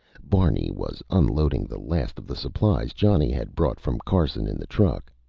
barney was unloading the last of the supplies johnny had brought from carson in the truck.